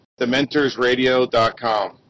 TheMentorsRadio.com